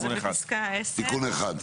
תיקון אחד.